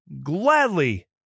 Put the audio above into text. gladly